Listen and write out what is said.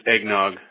eggnog